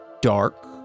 dark